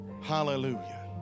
Hallelujah